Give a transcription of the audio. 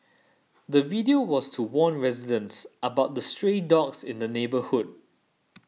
the video was to warn residents about the stray dogs in the neighbourhood